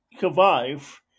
survive